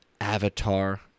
Avatar